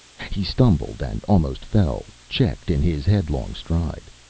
he stumbled and almost fell, checked in his headlong stride.